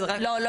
לא,